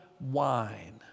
wine